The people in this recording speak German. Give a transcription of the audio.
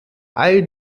all